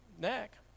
neck